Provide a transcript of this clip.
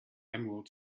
emerald